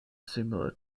similar